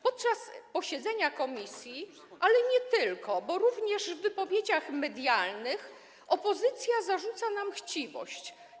Podczas posiedzenia komisji, ale nie tylko, bo również w wypowiedziach medialnych, opozycja zarzucała nam chciwość.